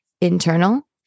internal